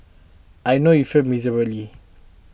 I know you failed miserably